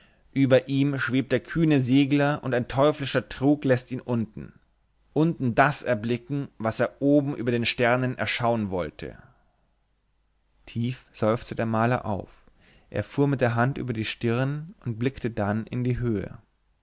über ihm schwebt der kühne segler und ein teuflischer trug läßt ihn unten unten das erblicken was er oben über den sternen erschauen wollte tief seufzte der maler auf er fuhr mit der hand über die stirn und blickte dann in die höhe